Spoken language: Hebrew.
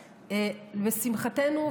לשמחתנו,